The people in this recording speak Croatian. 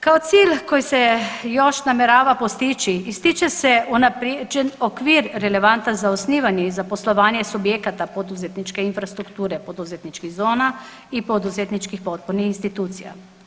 Kao cilj koji se još namjerava postići ističe se unaprjeđen okvir relevantan za osnivanje i za poslovanje subjekata poduzetničke infrastrukture poduzetničkih zona i poduzetničkih potpornih institucija.